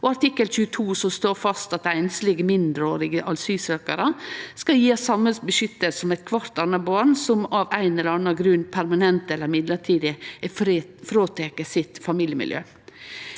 22 slår fast at einslege mindreårige asylsøkjarar skal gjevast «samme beskyttelse som ethvert annet barn som av en eller annen grunn permanent eller midlertidig er berøvet sitt familiemiljø».